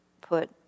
put